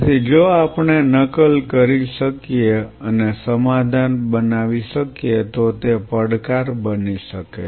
તેથી જો આપણે નકલ કરી શકીએ અને સમાધાન બનાવી શકીએ તો તે પડકાર બની શકે